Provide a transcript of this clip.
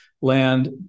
land